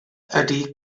ydy